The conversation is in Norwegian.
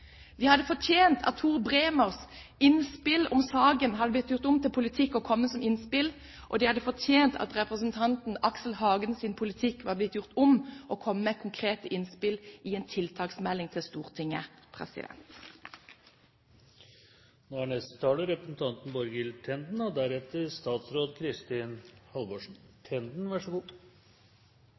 De hadde fortjent at Tor Bremers innspill om saken hadde blitt gjort om til politikk og kommet som innspill, og de hadde fortjent at representanten Aksel Hagens politikk hadde blitt gjort om og kommet som konkrete innspill i en tiltaksmelding til Stortinget. Det kan ikke være tvil om at ved siden av kampen mot frafall i skolen er det å rekruttere lærere og